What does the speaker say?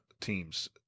teams